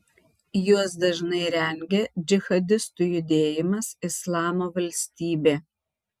juos dažnai rengia džihadistų judėjimas islamo valstybė